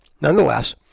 Nonetheless